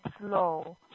slow